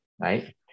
right